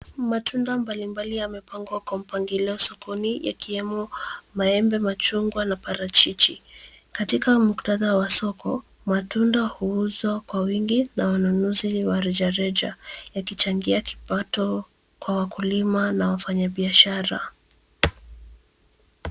Matunda mbalimbali yamepangwa kwa mpangilio sokoni, yakiwemo maembe, machungwa, na parachichi. Katika muktadha wa soko, matunda huuzwa kwa wingi na wanunuzi wa rejareja, yakichangia kipato kwa wakulima na wafanyabiashara.